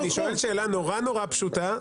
אני שואל שאלה נורא נורא פשוטה,